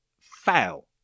fail